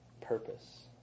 purpose